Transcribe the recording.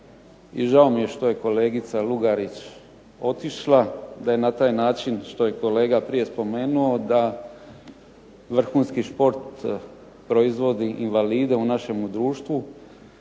i žao mi je što je kolegica Lugarić otišla, da je na taj način što je kolega prije spomenuo da vrhunski šport proizvodi invalide u našemu društvu.